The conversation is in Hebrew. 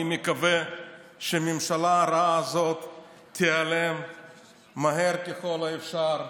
אני מקווה שהממשלה הרעה הזאת תיעלם מהר ככל האפשר.